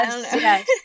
yes